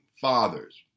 fathers